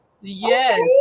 Yes